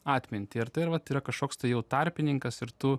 atmintį ar tai ir vat yra kažkoks tai jau tarpininkas ir tu